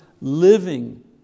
living